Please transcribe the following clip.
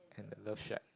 and the love shack